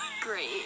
great